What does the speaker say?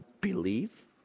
believe